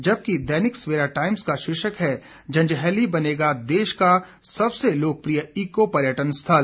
जबकि दैनिक सवेरा टाइम्स का शीर्षक है जंजैहली बनेगा देश का सबसे लोकप्रिय ईको पर्यटन स्थल